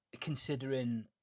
considering